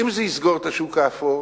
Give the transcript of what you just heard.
אם זה יסגור את השוק האפור,